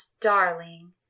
Darling